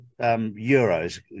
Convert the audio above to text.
euros